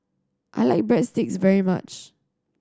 I like Breadsticks very much